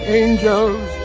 angels